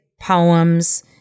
poems